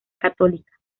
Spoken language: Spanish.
católica